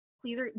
please